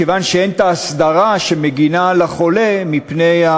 מכיוון שאין הסדרה שמגינה על החולה מפני,